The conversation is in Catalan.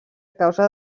causa